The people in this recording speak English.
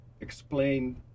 explain